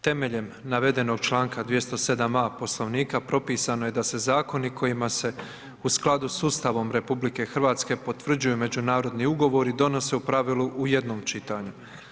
Temeljem navedenog članka 207. a Poslovnika propisano je da se zakoni kojima se u skladu sa ustavom RH potvrđuju međunarodni ugovori donose u pravilu u jednom čitanju.